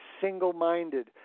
single-minded